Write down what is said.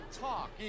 talk